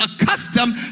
accustomed